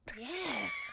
Yes